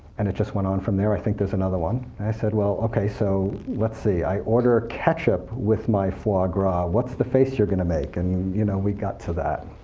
and it just went on from there. i think there's another one. i said, well, ok, so let's see, i order ketchup with my foie gras, what's the face you're going to make? and you know we've got to that.